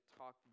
talk